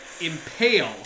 impale